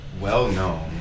well-known